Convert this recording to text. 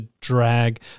drag